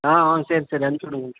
ஆ ஆ சரி சரி அனுப்ச்சிவிடுங்க